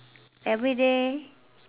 everyday